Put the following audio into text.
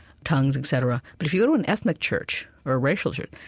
tongues, et cetera. but if you go to an ethnic church or a racial church,